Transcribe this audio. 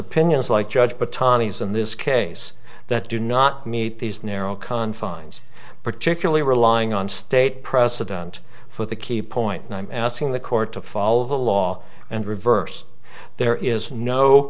pinions like judge but tani's in this case that do not meet these narrow confines particularly relying on state precedent for the key point and i'm asking the court to follow the law and reverse there is no